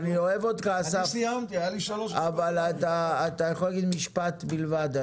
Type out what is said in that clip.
אני אוהב אותך, אסף, אתה יכול להגיד משפט בלבד,